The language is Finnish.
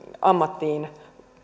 ammattiin